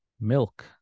milk